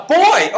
boy